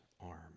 arm